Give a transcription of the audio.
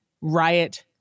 riot